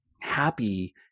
happy